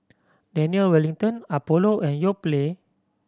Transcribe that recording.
Daniel Wellington Apollo and Yoplait